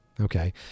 okay